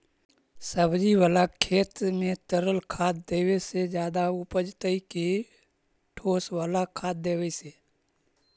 सब्जी बाला खेत में तरल खाद देवे से ज्यादा उपजतै कि ठोस वाला खाद देवे से?